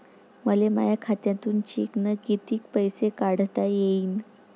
मले माया खात्यातून चेकनं कितीक पैसे काढता येईन?